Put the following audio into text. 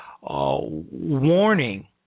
warning